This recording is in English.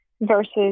versus